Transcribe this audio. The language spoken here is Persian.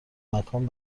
مکان